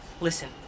Listen